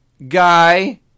guy